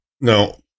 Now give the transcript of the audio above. no